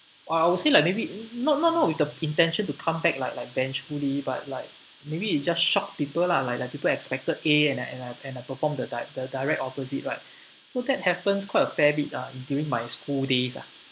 I would say like maybe not not not with the intention to come back like like vengefully but like maybe it just shocked people lah like let people expected A and I and I perform the dir~ the direct opposite right so that happens quite a fair bit lah in during my school days ah